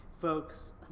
folks